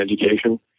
education